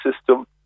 system